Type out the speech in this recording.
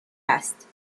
است